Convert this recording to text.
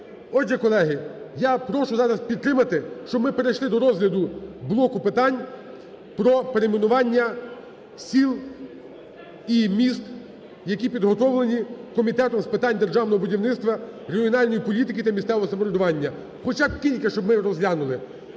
Отже, колеги, я прошу зараз підтримати, щоб ми перейшли до розгляду блоку питань про перейменування сіл і міст, які підготовлені Комітетом з питань державного будівництва, регіональної політики та місцевого самоврядування, хоча б кілька щоб ми розглянули.